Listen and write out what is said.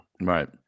right